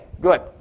good